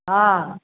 हँ